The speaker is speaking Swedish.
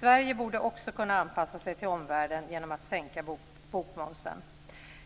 Sverige borde kunna anpassa sig till omvärlden genom att sänka bokmomsen.